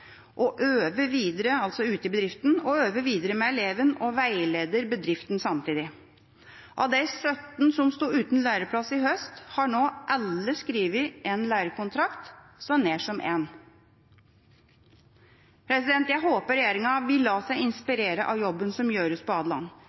altså ute i bedriften – og øver videre med eleven og veileder bedriften samtidig. Av de 17 som sto uten læreplass i høst, har nå alle skrevet en lærekontrakt, så nær som én. Jeg håper regjeringa vil la seg inspirere av jobben som gjøres på